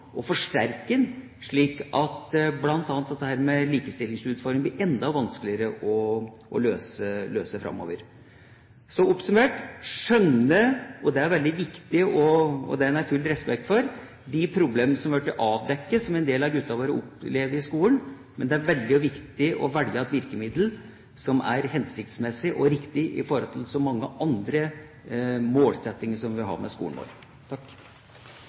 og forsterke dem, slik at bl.a. dette med likestillingsutfordringen blir enda vanskeligere å løse framover. Så oppsummert: En må skjønne og ha full respekt for – det er veldig viktig – de problemer som har blitt avdekket, og som en del av guttene våre opplever i skolen. Men det er veldig viktig å velge et virkemiddel som er hensiktsmessig og riktig i forhold til de mange andre målsettinger som vi har i skolen vår.